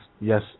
yes